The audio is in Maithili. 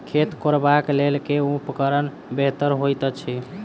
खेत कोरबाक लेल केँ उपकरण बेहतर होइत अछि?